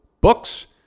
books